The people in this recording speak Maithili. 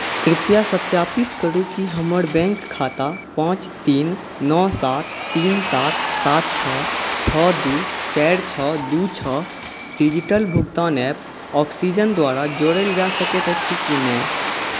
कृपया सत्यापित करू कि हमर बैंक खाता पाँच तीन नओ सात तीन सात सात छओ छओ दू चारि छओ दू छओ डिजिटल भुगतान ऐप ऑक्सीजन द्वारा जोड़ल जा सकैत अछि कि नहि